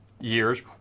years